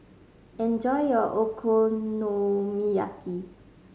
enjoy your Okonomiyaki